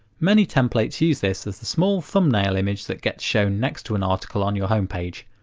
many templates use this as the small thumbnail image that gets shown next to an article on your homepage,